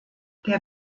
der